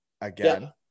again